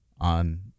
on